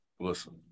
Listen